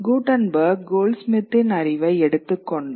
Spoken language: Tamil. குட்டன்பெர்க் கோல்ட்ஸ்மித்ஸின் அறிவை எடுத்துக்கொண்டார்